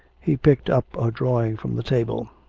he picked up a drawing from the table,